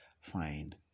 find